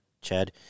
Chad